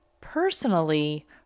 personally